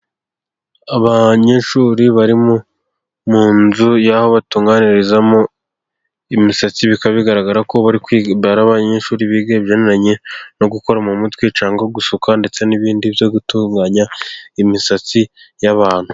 Abanyeshuri bari mu nzu y'aho batunganyirizamo imisatsi, bikaba bigaragara ko bari kwiga, ari abanyeshuri biga ibijyanye no gukora mu mutwe cyangwa gusuka, ndetse n'ibindi byo gutunganya imisatsi y'abantu.